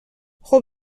خوب